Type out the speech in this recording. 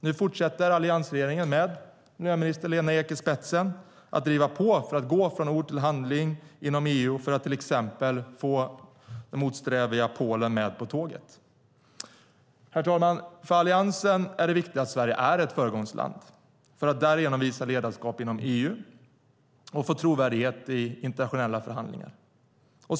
Nu fortsätter alliansregeringen med miljöminister Lena Ek i spetsen att driva på för att gå från ord till handling inom EU och för att till exempel få det motsträviga Polen med på tåget. Herr talman! För Alliansen är det viktigt att Sverige är ett föregångsland för att därigenom visa ledarskap inom EU och få trovärdighet i internationella förhandlingar.